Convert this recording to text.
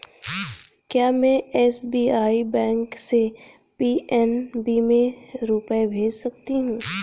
क्या में SBI bank से पी.एन.बी में रुपये भेज सकती हूँ?